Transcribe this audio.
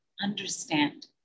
understand